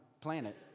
planet